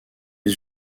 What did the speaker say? les